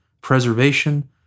preservation